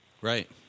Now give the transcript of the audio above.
Right